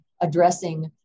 addressing